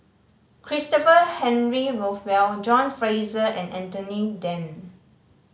Christopher Henry Rothwell John Fraser and Anthony Then